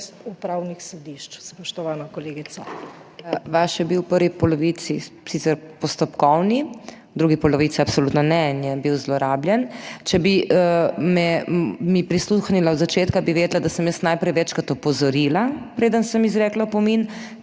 MEIRA HOT:** Spoštovana kolegica, vaš je bil v prvi polovici sicer postopkovni, v drugi polovici absolutno ne in je bil zlorabljen. Če bi mi prisluhnila, od začetka bi vedela, da sem jaz najprej večkrat opozorila, preden sem izrekla opomin,